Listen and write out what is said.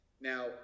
Now